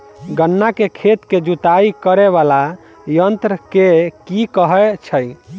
गन्ना केँ खेत केँ जुताई करै वला यंत्र केँ की कहय छै?